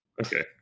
Okay